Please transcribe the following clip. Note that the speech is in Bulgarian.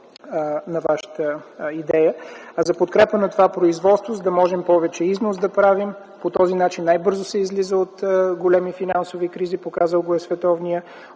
на Вашата идея – за подкрепа на това производство, за да можем да правим повече износ. По този начин най-бързо се излиза от големи финансови кризи, показал го е световният